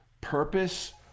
purpose